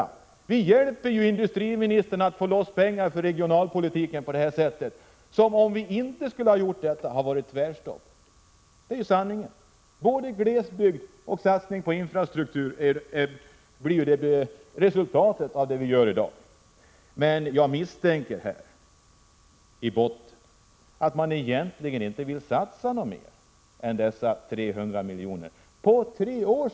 På detta sätt hjälper vi ju industriministern att få loss pengar till regionalpolitiken. Om vi inte hade gjort det hade det varit tvärstopp — det är ju sanningen. Resultatet i dag blir ju då både en satsning på glesbygden och en satsning på infrastrukturen. Innerst inne misstänker jag emellertid att regeringen inte vill satsa mer än dessa 300 milj.kr. under tre år.